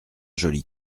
joli